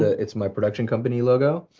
it's my production company logo.